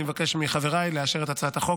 אני מבקש מחבריי לאשר את הצעת החוק